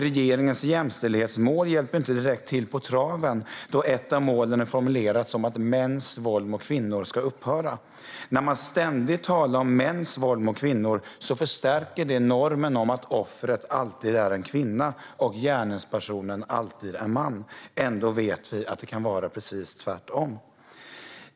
Regeringens jämställdhetsmål hjälper oss inte heller direkt på traven, då ett av målen är formulerat som att mäns våld mot kvinnor ska upphöra. När man ständigt talar om mäns våld mot kvinnor förstärker det normen att offret alltid är en kvinna och gärningspersonen alltid en man. Ändå vet vi att det kan vara precis tvärtom.